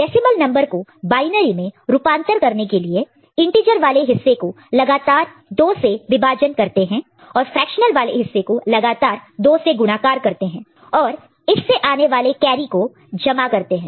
decimal number को binary में रूपांतर कन्वर्ट convert करने के लिए इंटीजर वाले हिस्से को लगातार 2 से विभाजन डिवाइड divide करते हैं और फ्रेक्शन वाले हिस्से को लगातार 2 से गुणाकारमल्टीप्लाई multiply करते हैं और इससे आने वाले कैरी को जमा करते हैं